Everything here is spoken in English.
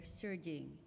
surging